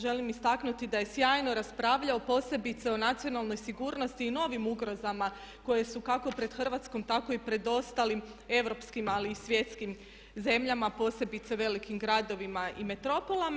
Želim istaknuti da je sjajno raspravljao posebice o nacionalnoj sigurnosti i novim ugrozama koje su kako pred Hrvatskom tako i pred ostalim europskim ali i svjetskim zemljama, posebice velikim gradovima i metropolama.